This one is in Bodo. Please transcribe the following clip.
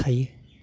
थायो